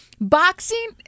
boxing